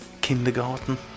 Kindergarten